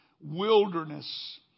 wilderness